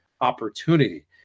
opportunity